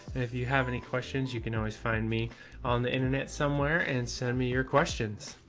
if you have any questions, you can always find me on the internet somewhere and send me your questions.